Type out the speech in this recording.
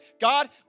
God